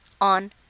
on